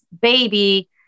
baby